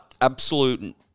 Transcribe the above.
Absolute